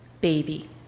baby